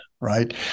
right